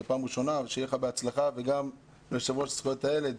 בהצלחה גם לך וגם ליושב ראש הוועדה לזכויות הילד.